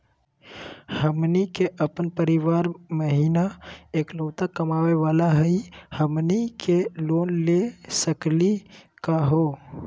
हमनी के अपन परीवार महिना एकलौता कमावे वाला हई, हमनी के लोन ले सकली का हो?